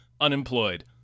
unemployed